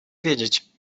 wiedzieć